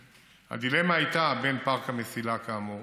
והדילמה הייתה בין פארק המסילה, כאמור,